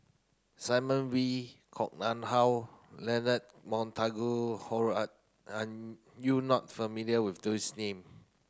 Simon Wee Koh Nguang How Leonard Montague Harrod are you not familiar with those name